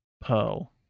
pearl